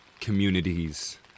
communities